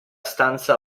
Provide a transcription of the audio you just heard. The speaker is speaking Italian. stanza